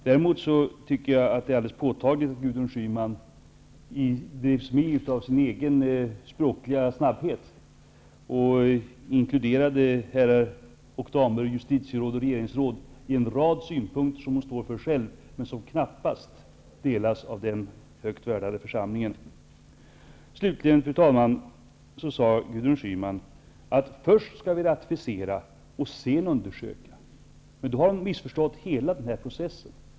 Däremot tycker jag att det är alldeles påtagligt att Gudrun Schyman i smyg av sin egna språkliga snabbhet inkluderade herrar och damer justitieråd och regeringsråd i en rad synpunkter som hon själv står för och som knappast delas av den högt värderade församlingen. Fru talman! Slutligen sade Gudrun Schyman att vi först skall ratificera och sedan undersöka. Då har hon missförstått hela processen.